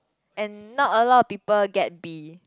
and not a lot of people get B